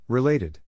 Related